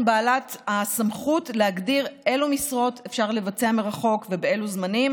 בעלות הסמכות להגדיר אילו עבודות אפשר לבצע מרחוק ובאילו זמנים,